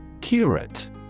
Curate